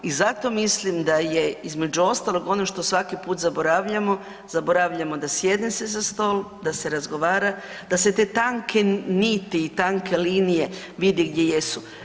I zato mislim da je između ostalog ono što svaki put zaboravljamo, zaboravljamo da sjedne se za stol, da se razgovara, da se te tanke niti i tanke linije vide gdje jesu.